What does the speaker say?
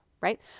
Right